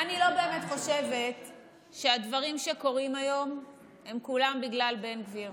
אני לא באמת חושבת שהדברים שקורים היום הם כולם בגלל בן גביר